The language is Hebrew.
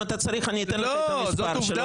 אם אתה צריך אני אתן לך את המספר שלו,